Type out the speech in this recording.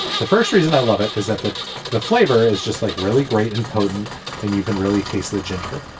the first reason i love it is that the the flavor is just like really great and potent and you can really taste the the ginger.